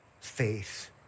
faith